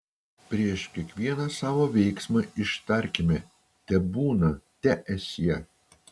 prieš kiekvieną savo veiksmą ištarkime tebūna teesie